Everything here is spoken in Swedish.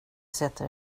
sätter